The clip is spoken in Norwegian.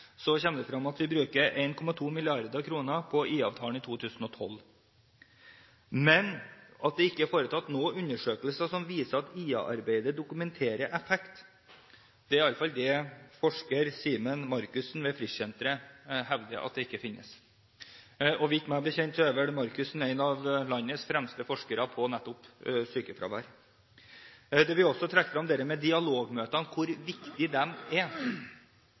det frem at vi bruker 1,2 mrd. kr på IA-avtalen i 2012, men at det ikke er foretatt noen undersøkelser som viser at IA-arbeidet har en dokumentert effekt. Det er i alle fall det forsker Simen Markussen ved Frischsenteret hevder. Meg bekjent er Markussen en av landets fremste forskere på nettopp sykefravær. Det blir også trukket frem hvor viktige dialogmøtene